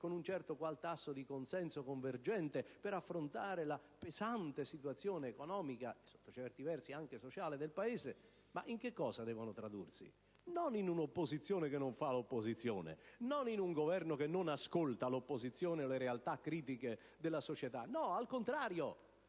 con un certo qual tasso di consenso convergente per affrontare la pesante situazione economica, sotto certi versi anche sociale, del Paese, in cosa devono tradursi? Non in un'opposizione che non fa opposizione, non in un Governo che non ascolta l'opposizione e le realtà critiche della società. No, al contrario!